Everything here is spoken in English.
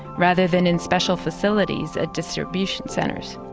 rather than in special facilities at distribution centers.